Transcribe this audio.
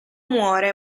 muore